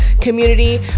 community